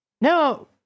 No